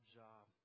job